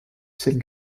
ciel